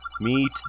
Meet